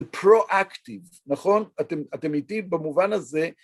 The proactive, נכון? אתם איתי במובן הזה.